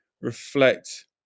reflect